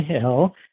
Hill